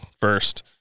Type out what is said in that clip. first